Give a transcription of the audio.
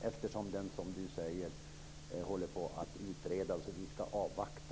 Som Siw Wittgren-Ahl säger håller ju den på att utredas, och vi skall avvakta.